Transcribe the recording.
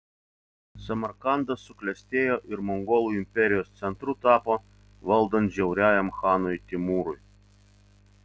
samarkandas suklestėjo ir mongolų imperijos centru tapo valdant žiauriajam chanui timūrui